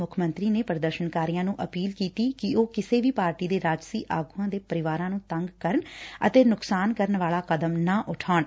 ਮੰਤਰੀ ਨੇ ਪ੍ਦਰਸ਼ਨਕਾਰੀਆਂ ਨੂੰ ਅਪੀਲ ਕੀਤੀ ਕਿ ਉਹ ਕਿਸੇ ਵੀ ਪਾਰਟੀ ਦੇ ਰਾਜਸੀ ਆਗੂਆਂ ਦੇ ਪਰਿਵਾਰਾਂ ਨੂੰ ਤੰਗ ਕਰਨ ਅਤੇ ਨੁਕਸਾਨ ਕਰਨ ਵਾਲਾ ਕਦਮ ਨਾ ਉਠਾਉਣ